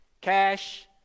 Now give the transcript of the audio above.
Cash